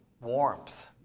warmth